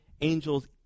angels